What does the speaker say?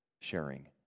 sharing